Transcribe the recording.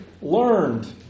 learned